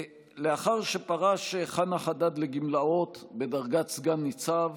לאחר שפרש חנא חדד לגמלאות בדרגת סגן ניצב,